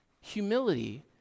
Humility